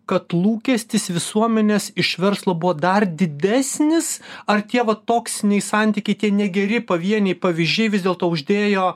kad lūkestis visuomenės iš verslo buvo dar didesnis ar tie va toksiniai santykiai tie negeri pavieniai pavyzdžiai vis dėlto uždėjo